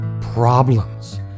problems